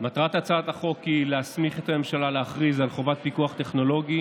מטרת הצעת החוק היא להסמיך את הממשלה להכריז על חובת פיקוח טכנולוגי